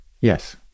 Yes